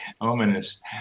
ominous